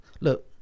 Look